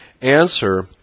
answer